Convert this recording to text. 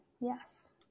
yes